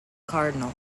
cardinal